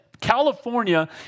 California